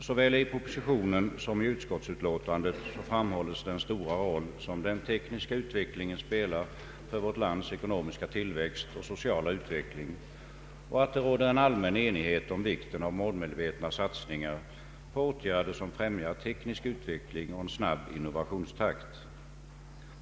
Såväl i propositionen som i utskottsutlåtandet framhålles den stora roll som den tekniska utvecklingen spelar för vårt lands ekonomiska tillväxt och so ciala utveckling, och det råder allmän enighet om vikten av målmedvetna satsningar på åtgärder som främjar teknisk utveckling och en snabb innovationstakt.